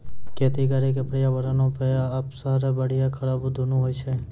खेती करे के पर्यावरणो पे असर बढ़िया खराब दुनू होय छै